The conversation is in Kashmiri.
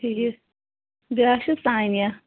ٹھیٖک بیٛاکھ چھِ سانیا